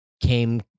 came